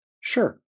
Sure